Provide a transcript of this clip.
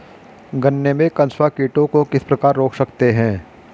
गन्ने में कंसुआ कीटों को किस प्रकार रोक सकते हैं?